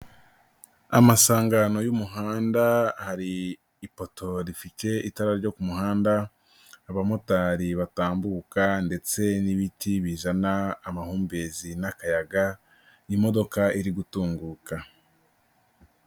Amasangano y'umuhanda, hari ipoto rifite itara ryo ku muhanda, abamotari batambuka ndetse n'ibiti bizana amahumbezi n'akayaga, imodoka iri gutunguka.